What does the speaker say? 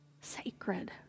sacred